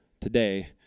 today